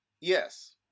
Yes